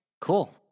Cool